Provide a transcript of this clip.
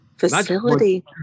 facility